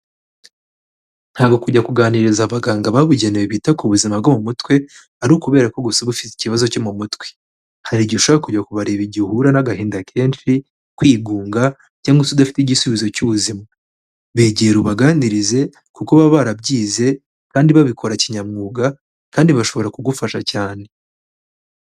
Ntabwo kujya kuganiriza abaganga babugenewe bita ku buzima bwo mu mutwe ari ukubera ko gusa uba ufite ikibazo cyo mu mutwe, hari igihe ushobora kujya kubareba igihe uhura n'agahinda kenshi, kwigunga cyangwa se udafite igisubizo cy'ubuzima, begere ubaganirize kuko baba barabyize kandi babikora kinyamwuga, kandi bashobora kugufasha cyane.